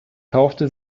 kaufte